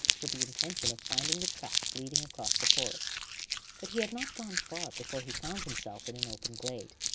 with the intention of finding the track leading across the forest but he had not gone far before he found himself in an open glade,